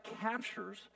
captures